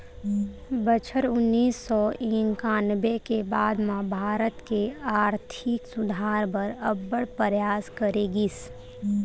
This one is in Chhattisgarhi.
बछर उन्नीस सौ इंकानबे के बाद म भारत के आरथिक सुधार बर अब्बड़ परयास करे गिस